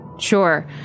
Sure